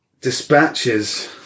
Dispatches